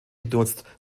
genutzt